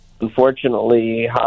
unfortunately